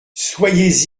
soyez